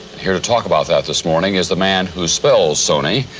here to talk about that this morning is the man who spells sony,